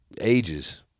ages